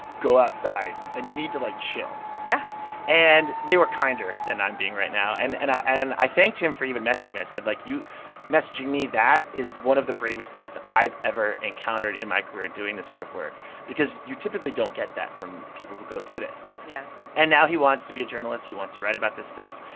go outside. and you need to, like, chill yeah and they were kinder than i'm being right now. and and i thanked him for even messaging me. i said, like, you messaging me that is one of the bravest things that i've ever encountered in my career doing this sort of work because you typically don't get that from people who go through this yeah and now he wants to be a journalist. he wants to write about this stuff.